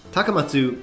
Takamatsu